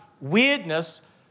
weirdness